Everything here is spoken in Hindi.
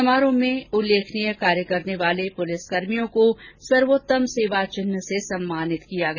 समारोह में उल्लेखनीय कार्य करने वाले पुलिसकर्मियों को सर्वोत्तम सेवा चिन्ह से सम्मानित किया गया